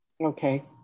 Okay